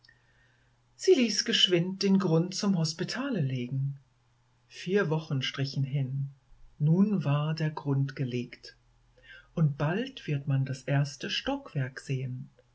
sie ließ geschwind den grund zum hospitale legen vier wochen strichen hin nun war der grund gelegt und bald wird man das erste stockwerk sehen